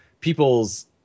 people's